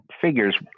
figures